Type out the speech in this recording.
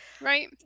right